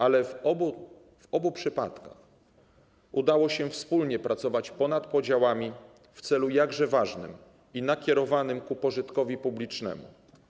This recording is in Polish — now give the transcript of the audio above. Ale w obu przypadkach udało się wspólnie pracować ponad podziałami w celu jakże ważnym i nakierowanym ku pożytkowi publicznemu.